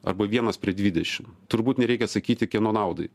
arba vienas prie dvidešim turbūt nereikia sakyti kieno naudai